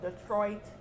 Detroit